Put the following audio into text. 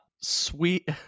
sweet